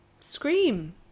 scream